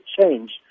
change